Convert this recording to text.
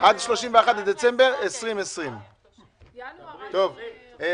עד 31 בדצמבר 2020. טלי,